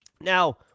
Now